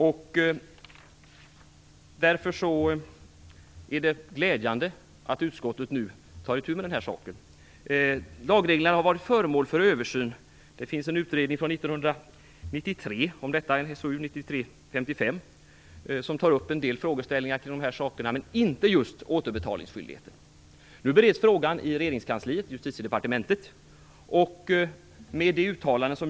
Det är därför glädjande att utskottet nu tar itu med detta. Lagreglerna har varit föremål för översyn. Det finns en utredning från 1993, SOU93:55, där en del frågeställningar kring detta tas upp men inte just återbetalningsskyldigheten. Nu bereds frågan i regeringskansliet, i Justitiedepartementet.